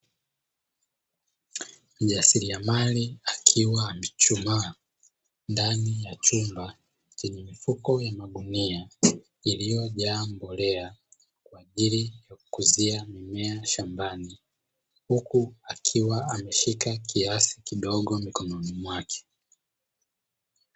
Mjasiriamali akiwa amechuchumaa ndani ya chumba chenye mifuko ya magunia iliyojaa mbolea kwa ajili ya kukuzia mimea shambani, huku akiwa ameshika kiasi kidogo mikononi mwake.